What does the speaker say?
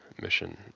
mission